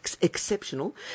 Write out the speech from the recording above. exceptional